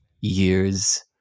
years